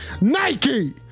Nike